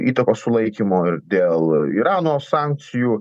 įtakos sulaikymo ir dėl irano sankcijų